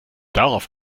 darauf